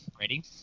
Ready